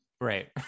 Right